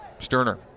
Sterner